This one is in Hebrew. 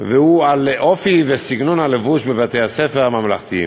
על אופי וסגנון הלבוש בבתי-הספר הממלכתיים,